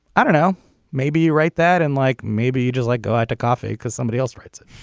i don't know maybe you write that and like maybe you just like go out to coffee because somebody else writes it